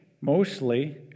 mostly